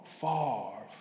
far